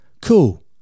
cool